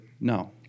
No